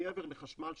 מעבר לחשמל,